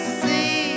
see